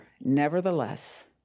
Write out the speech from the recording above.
Nevertheless